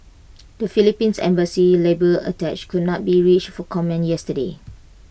the Philippine's embassy labour attache could not be reached for comment yesterday